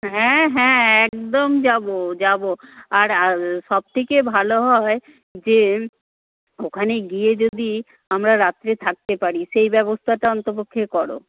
হ্যাঁ হ্যাঁ একদম যাব যাব আর সবথেকে ভালো হয় যে ওখানে গিয়ে যদি আমরা রাত্রে থাকতে পারি সেই ব্যবস্থাটা অন্ততপক্ষে করো